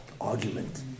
argument